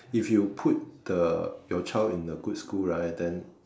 if you put the your child in a good school right then